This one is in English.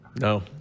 No